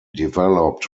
developed